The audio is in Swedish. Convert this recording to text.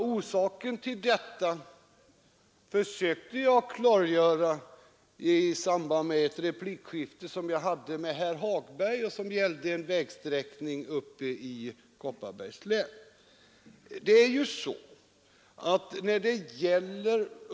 Orsaken till detta försökte jag klargöra i samband med ett replikskifte som jag hade med herr Hagberg. Det gällde då en vägsträckning uppe i Kopparbergs län.